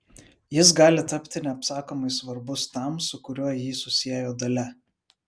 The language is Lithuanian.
jis gali tapti neapsakomai svarbus tam su kuriuo jį susiejo dalia